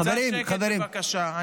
קצת שקט בבקשה.